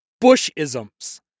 Bush-isms